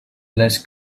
less